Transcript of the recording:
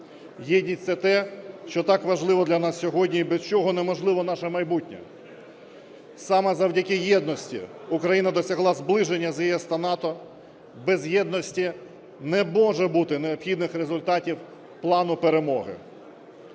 Єдність – це те, що так важливо для нас сьогодні і без чого неможливе наше майбутнє. Саме завдяки єдності Україна досягла зближення з ЄС та НАТО. Без єдності не може бути необхідних результатів Плану перемоги.